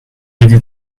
ready